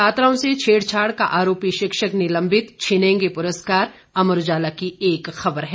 छात्राओं से छेड़छाड़ का आरोपी शिक्षक निलंबित छिनेंगे पुरस्कार अमर उजाला की एक खबर है